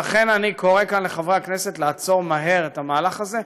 לכן אני קורא לכאן לחברי הכנסת לעצור מהר את המהלך הזה,